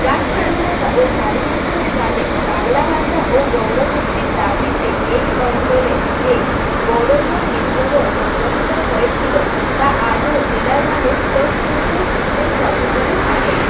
প্রাক স্বাধীনতা ও স্বাধীনোত্তরকালে বাংলা ভাষা ও বঙ্গ ভক্তির দাবিতে এই অঞ্চলে যে গৌরবময় বিদ্রোহ সংগঠিত হয়েছিল তা আজও জেলার মানুষ সশ্রদ্ধ চিত্তে স্মরণ করে থাকেন